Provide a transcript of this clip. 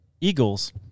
Eagles